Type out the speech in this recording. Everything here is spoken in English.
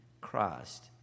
Christ